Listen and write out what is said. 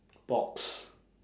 box